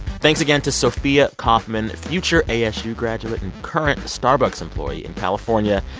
thanks again to sophia kaufmann, future asu graduate and current starbucks employee in california,